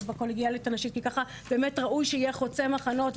ובלויאליות הנשים באמת ראוי שיהיה חוצה מחנות,